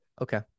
Okay